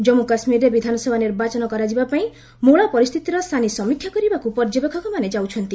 ଜାମ୍ମୁ କାଶ୍ମୀରରେ ବିଧାନସଭା ନିର୍ବାଚନ କରାଯିବା ପାଇଁ ମୂଳ ପରିସ୍ଥିତିର ସାନି ସମୀକ୍ଷା କରିବାକୁ ପର୍ଯ୍ୟବେକ୍ଷକମାନେ ଯାଉଛନ୍ତି